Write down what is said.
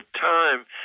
time